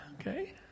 Okay